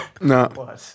No